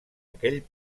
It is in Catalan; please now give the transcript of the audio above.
aquell